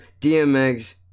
dmx